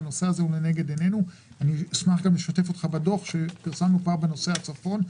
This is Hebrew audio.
אני אשמח לשתף אותך בדוח שפרסמנו בנושא הצפון,